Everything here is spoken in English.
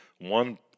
One